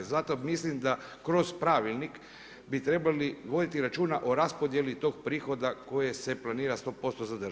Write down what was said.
I zato mislim da kroz pravilnik bi trebali voditi računa o raspodjeli tog prihoda koji se planira 100% za državu.